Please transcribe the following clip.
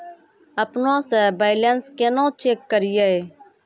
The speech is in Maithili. अपनों से बैलेंस केना चेक करियै?